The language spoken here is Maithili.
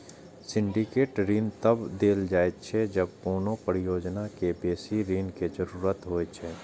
सिंडिकेट ऋण तब देल जाइ छै, जब कोनो परियोजना कें बेसी ऋण के जरूरत होइ छै